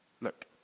Look